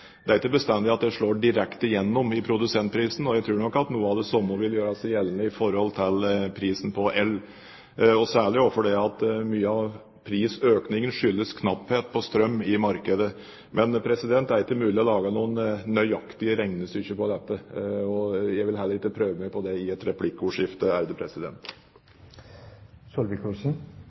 bestandig at det slår direkte gjennom i produsentprisen. Jeg tror nok at noe av det samme vil gjøre seg gjeldende i forhold til prisen på el, særlig fordi mye av prisøkningen skyldes knapphet på strøm i markedet. Men det er ikke mulig å lage noen nøyaktige regnestykker på dette, og jeg vil heller ikke prøve meg på det i et replikkordskifte.